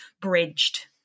bridged